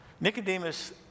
Nicodemus